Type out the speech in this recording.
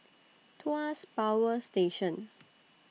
Tuas Power Station